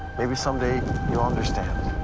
maybe someday you'll understand,